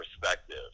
perspective